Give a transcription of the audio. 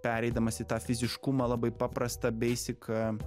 pereidamas į tą fiziškumą labai paprasta basic a